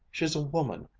she's a woman.